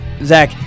Zach